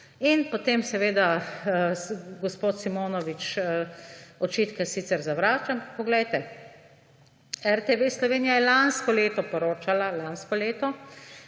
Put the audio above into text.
In potem seveda gospod Simonovič očitke sicer zavrača, ampak poglejte. RTV Slovenija je lansko leto poročala, lansko leto,